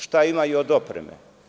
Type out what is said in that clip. Šta imaju od opreme?